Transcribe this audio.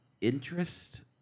interest